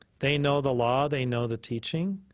they know the law they know the teaching.